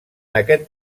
aquest